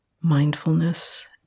mindfulness